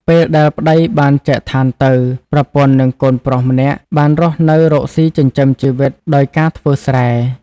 ពេលដែលប្ដីបានចែកឋានទៅ ប្រពន្ធនិងកូនប្រុសម្នាក់បានរស់នៅរកស៊ីចិញ្ចឹមជីវិតដោយការធ្វើស្រែ។